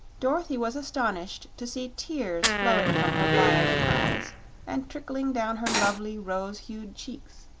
dorothy was astonished to see tears flowing from her violet eyes and trickling down her lovely rose-hued cheeks.